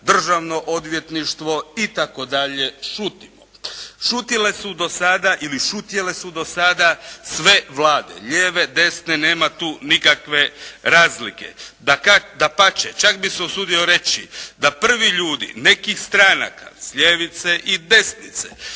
Državno odvjetništvo i tako dalje šutimo. Šutjele su do sada ili šutjele su do sada sve vlade. Lijeve, desne nema tu nikakve razlike. Dapače čak bih se usudio reći da prvi ljudi nekih stranaka s ljevice i desnice,